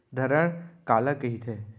धरण काला कहिथे?